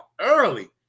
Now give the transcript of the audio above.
early